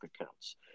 accounts